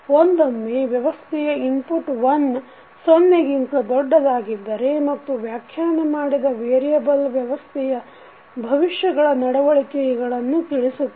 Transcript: ಒಂದೊಮ್ಮೆ ವ್ಯವಸ್ಥೆಯ input t ಸೊನ್ನೆಗಿಂತ ದೊಡ್ಡದಾಗಿದ್ದರೆ ಮತ್ತು ವ್ಯಾಖ್ಯಾನ ಮಾಡಿದ ವೇರಿಯಬಲ್ ವ್ಯವಸ್ಥೆಯ ಭವಿಷ್ಯಗಳ ನಡವಳಿಕೆಗಳನ್ನು ತಿಳಿಸುತ್ತವೆ